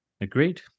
Agreed